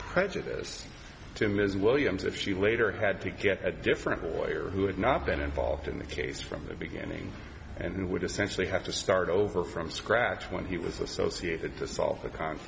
prejudice to ms williams if she later had to get a different lawyer who had not been involved in the case from the beginning and would essentially have to start over from scratch when he was associated to solve the con